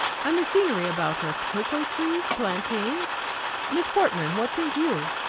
and the scenery about her cocoa-trees, plantains miss portman, what think you?